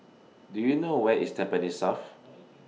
Do YOU know Where IS Tampines South